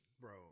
bro